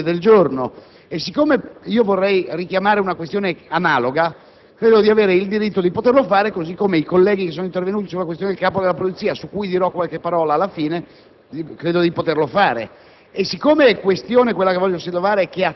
Non credo che il primo che chiede la parola stabilisca, in qualche modo, l'ordine del giorno. Siccome vorrei richiamare una questione analoga, credo di avere il diritto di poterlo fare come i colleghi che sono intervenuti sulla questione del Capo della Polizia (su cui dirò qualche parola alla fine).